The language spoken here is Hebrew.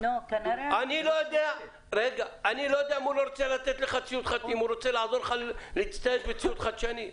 אני לא יודע אם הוא רוצה לעזור לך להצטייד בציוד חדשני.